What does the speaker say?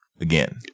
again